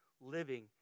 Living